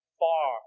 far